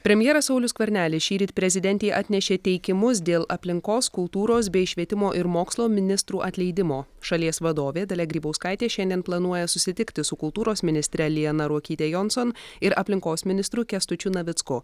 premjeras saulius skvernelis šįryt prezidentei atnešė teikimus dėl aplinkos kultūros bei švietimo ir mokslo ministrų atleidimo šalies vadovė dalia grybauskaitė šiandien planuoja susitikti su kultūros ministre liana ruokyte jonson ir aplinkos ministru kęstučiu navicku